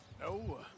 No